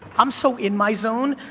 i'm so in my zone,